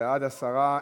ועדת העבודה.